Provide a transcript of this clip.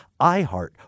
iHeart